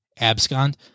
abscond